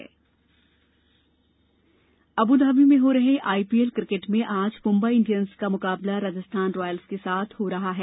IPL Abu Dhabi में हो रहे आईपीएल क्रिकेट में आज मुंबई इंडियंस का मुकाबला राजस्थान रॉयल्स के साथ हो रहा है